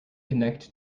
connect